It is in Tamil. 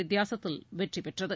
வித்தியாசத்தில் வெற்றிபெற்றது